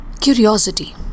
Curiosity